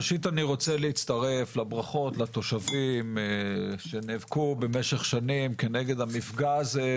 ראשית אני רוצה להצטרף לברכות לתושבים שנאבקו במשך שנים כנגד המפגע הזה,